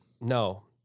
No